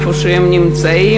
איפה שהם נמצאים,